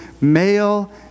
male